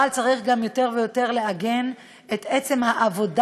אבל צריך גם יותר ויותר לעגן את העבודה